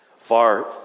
far